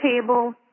table